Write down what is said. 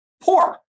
poor